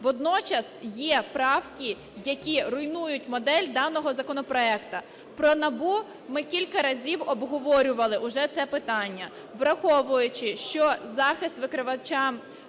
Водночас є правки, які руйнують модель даного законопроекту. Про НАБУ - ми кілька разів обговорювали уже це питання. Враховуючи, що захист викривача,